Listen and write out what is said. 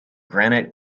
granite